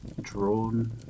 drawn